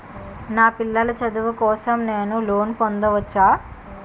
నా పిల్లల చదువు కోసం నేను లోన్ పొందవచ్చా?